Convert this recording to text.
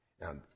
now